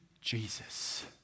jesus